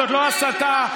תפסיק להסית.